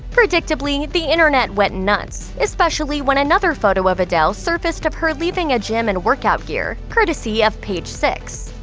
predictably, the internet went nuts, especially when another photo of adele surfaced of her leaving a gym in and workout gear, courtesy of page six.